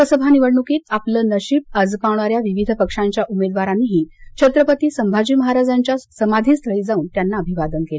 लोकसभा निवडणुकीत आपलं नशीब आजमावणाऱ्या विविध पक्षांच्या उमेदवारांनीही छत्रपती संभाजी महाराजांच्या समाधीस्थळी जाऊन त्यांना अभिवादन केलं